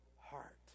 heart